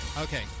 Okay